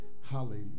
Hallelujah